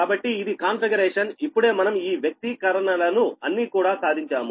కాబట్టి ఇది కాన్ఫిగరేషన్ ఇప్పుడే మనం ఈ వ్యక్తీకరణలను అన్ని కూడా సాధించాము